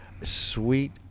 sweet